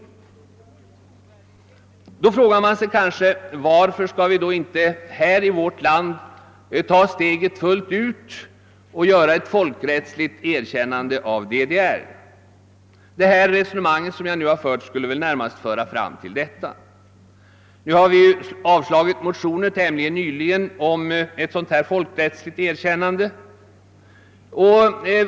Under sådana förhållanden frågar man sig kanske: Varför skall vi då inte här i vårt land ta steget fullt ut genom ett folkrättsligt erkännande av DDR? Det resonemang som jag nu har fört skulle väl närmast föra fram till detta. Vi har tämligen nyligen avslagit motioner om ett sådant folkrättsligt erkännande.